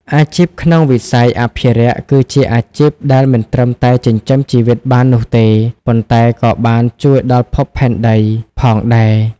អាជីពក្នុងវិស័យអភិរក្សគឺជាអាជីពដែលមិនត្រឹមតែចិញ្ចឹមជីវិតបាននោះទេ ប៉ុន្តែក៏បានជួយដល់ភពផែនដីផងដែរ។